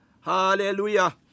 hallelujah